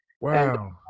Wow